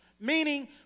meaning